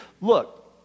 look